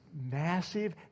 massive